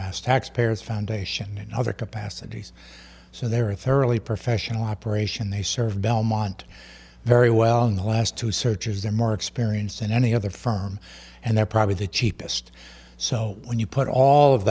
mass taxpayers foundation in other capacities so they were thoroughly professional operation they served belmont very well in the last two searches and more experience than any other firm and they're probably the cheapest so when you put all of